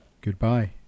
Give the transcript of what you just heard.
goodbye